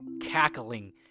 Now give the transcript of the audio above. cackling